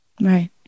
Right